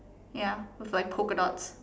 ya with like polka dots